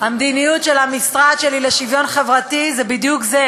המדיניות של המשרד שלי לשוויון חברתי זה בדיוק זה: